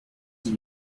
dix